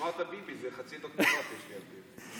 אמרת ביבי, חצי דוקטורט יש לי על זה.